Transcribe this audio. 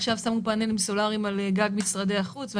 עכשיו שמו פנלים סולריים על גג משרד החוץ.